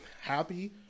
happy